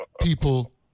people